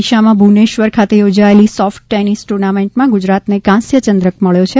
ઓડિશામાં ભુવનેશ્વર ખાતે યોજાયેલી સોફ્ટ ટેનિસ ટુર્નામેન્ટમાં ગુજરાતને કાંસ્થ ચંદ્રક મળ્યો છે